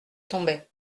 tombait